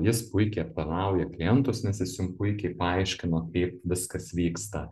jis puikiai aptarnauja klientus nes jis jum puikiai paaiškino kaip viskas vyksta